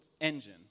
engine